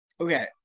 Okay